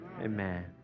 amen